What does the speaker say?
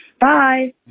bye